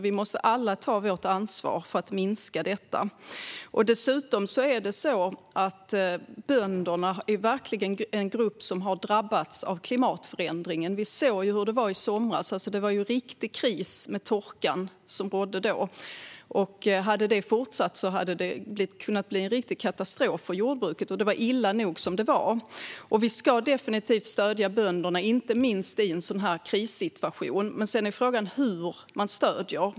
Vi måste alla ta vårt ansvar för att minska detta. Dessutom är bönderna verkligen en grupp som har drabbats av klimatförändringen. Vi såg hur det var i somras. Det var en riktig kris med torkan som rådde då. Hade den fortsatt skulle det ha kunnat bli en riktig katastrof för jordbruket, och det var illa nog som det var. Vi ska definitivt stödja bönderna, inte minst i en sådan här krissituation, men sedan är frågan hur man stöder.